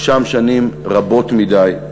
הוא שם שנים רבות מדי,